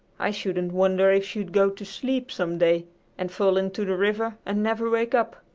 i shouldn't wonder if she'd go to sleep some day and fall into the river and never wake up!